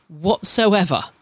whatsoever